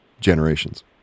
generations